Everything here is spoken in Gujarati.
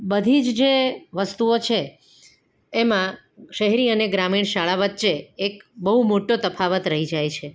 બધી જ જે વસ્તુઓ છે એમાં શહેરી અને ગ્રામીણ શાળા વચ્ચે એક બહુ મોટો તફાવત રહી જાય છે